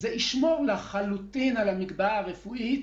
זה ישמור לחלוטין על המגבלה הרפואית,